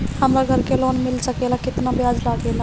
हमरा घर के लोन मिल सकेला केतना ब्याज लागेला?